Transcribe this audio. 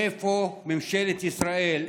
איפה ממשלת ישראל?